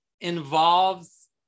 involves